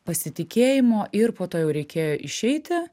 pasitikėjimo ir po to jau reikėjo išeiti